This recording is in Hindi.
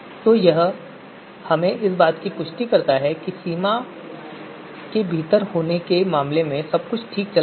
तो यह हमें इस बात की पुष्टि देता है कि सीमा के भीतर होने के मामले में सब कुछ ठीक चल रहा है